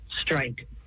strike